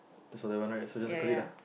that one right so just circle it lah